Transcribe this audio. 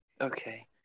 Okay